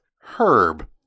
Herb